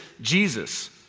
Jesus